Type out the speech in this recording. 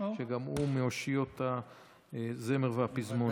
שגם הוא מאושיות הזמר והפזמון.